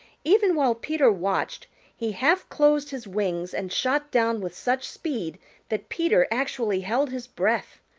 even while peter watched he half closed his wings and shot down with such speed that peter actually held his breath.